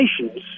Nations